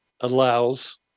allows